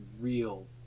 real